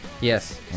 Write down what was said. yes